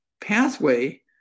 pathway